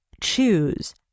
choose